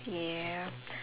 ya